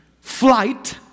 flight